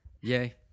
Yay